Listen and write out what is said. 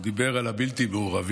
הוא דיבר על הבלתי-מעורבים.